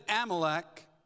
Amalek